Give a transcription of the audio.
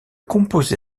composé